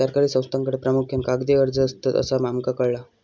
सरकारी संस्थांकडे प्रामुख्यान कागदी अर्ज असतत, असा आमका कळाला